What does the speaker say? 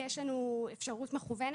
יש לנו אפשרות מקוונת,